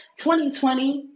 2020